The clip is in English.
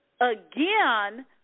again